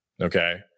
okay